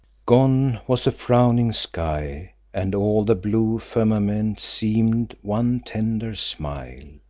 gone was the frowning sky and all the blue firmament seemed one tender smile.